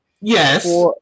Yes